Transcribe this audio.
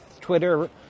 Twitter